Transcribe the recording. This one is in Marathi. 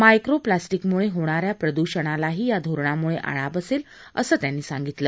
मायक्रोप्लासिक्रमुळे होणा या प्रदुषणालाही या धोरणामुळे आळा बसेल असं त्यांनी सांगितलं